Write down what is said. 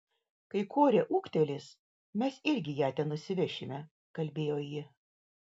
kai korė ūgtelės mes irgi ją ten nusivešime kalbėjo ji